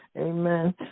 Amen